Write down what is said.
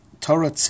Torah